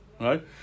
Right